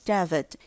David